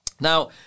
Now